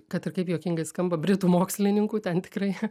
kad ir kaip juokingai skamba britų mokslininkų ten tikrai